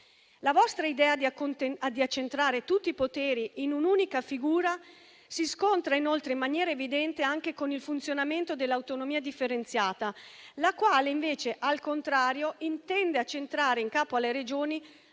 La vostra idea di accentrare tutti i poteri in un'unica figura si scontra inoltre, in maniera evidente, anche con il funzionamento dell'autonomia differenziata, la quale, al contrario, intende accentrare in capo alle Regioni